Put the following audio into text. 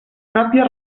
pròpia